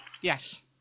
Yes